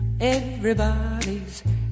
Everybody's